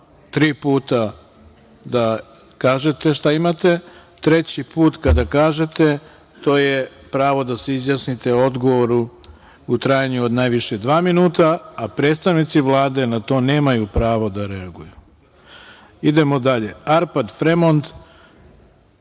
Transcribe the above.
tri puta da kažete šta imate. Treći put kada kažete to je pravo da se izjasnite o odgovoru u trajanju od najviše dva minuta, a predstavnici Vlade na to nemaju pravo da reaguju. Idemo dalje. Arpad